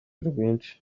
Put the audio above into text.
rwinshi